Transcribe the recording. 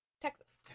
Texas